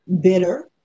bitter